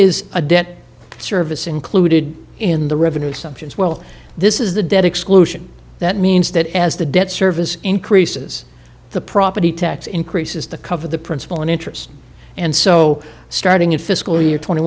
is a debt service included in the revenue sumption as well this is the debt exclusion that means that as the debt service increases the property tax increases to cover the principal and interest and so starting in fiscal year twenty